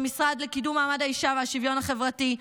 במשרד לקידום מעמד האישה והשוויון החברתי,